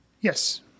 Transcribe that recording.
Yes